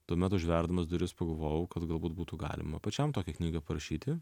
tuomet užverdamas duris pagalvojau kad galbūt būtų galima pačiam tokią knygą parašyti